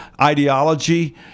ideology